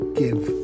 give